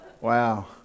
wow